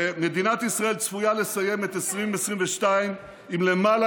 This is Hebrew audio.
מדינת ישראל צפויה לסיים את 2022 עם למעלה